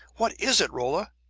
what is it, rolla?